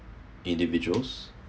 individuals